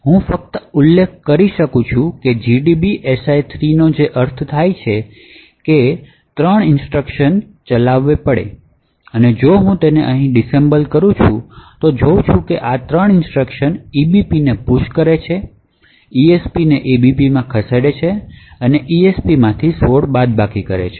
હું ફક્ત ઉલ્લેખ કરી શકું છું gdb si 3 નો જેનો અર્થ છે કે 3 ઇન્સટ્રક્શનઓ ચલાવવી પડશે અને જો હું તેને અહીં ડિસએસેમ્બલ કરું છું તો હું જોઉં છું કે આ 3 ઇન્સટ્રક્શન ebp ને પુશ કરે છે esp ને ebp માંખસેડે અને esp માંથી 16 બાદબાકી કરે છે